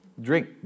drink